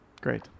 Great